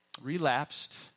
relapsed